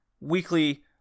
weekly